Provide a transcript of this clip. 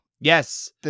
Yes